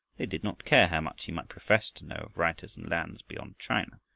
they did not care how much he might profess to know of writers and lands beyond china.